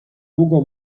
długo